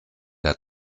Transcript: der